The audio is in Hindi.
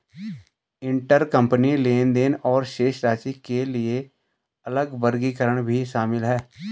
इंटरकंपनी लेनदेन और शेष राशि के लिए अलग वर्गीकरण भी शामिल हैं